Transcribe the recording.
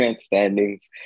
standings